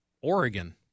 Oregon